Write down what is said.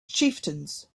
chieftains